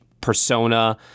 persona